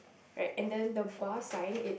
right and then the bar sign it